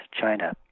China